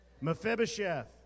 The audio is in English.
Mephibosheth